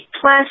Plus